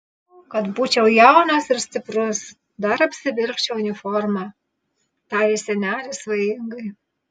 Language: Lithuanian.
o kad būčiau jaunas ir stiprus dar apsivilkčiau uniformą tarė senelis svajingai